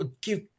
Give